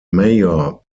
mayor